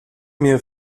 mir